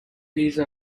these